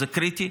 זה קריטי,